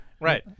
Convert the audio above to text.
Right